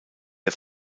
der